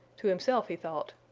to himself he thought,